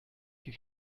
wie